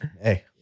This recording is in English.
Hey